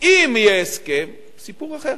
אם יהיה הסכם, סיפור אחר.